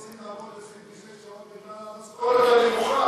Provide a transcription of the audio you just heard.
הם רוצים לעבוד 26 שעות בגלל המשכורת הנמוכה.